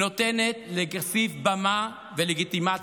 ההצבעה שלכם היום נותנת לכסיף במה ולגיטימציה,